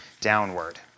downward